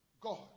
God